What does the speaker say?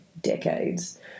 decades